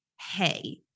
Hey